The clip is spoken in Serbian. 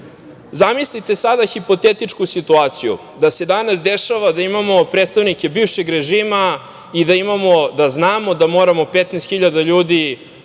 Srbiju. Zamislite sada hipotetičku situaciju da se danas dešava da imamo predstavnike bivšeg režima i da imamo, da znamo da